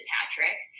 Patrick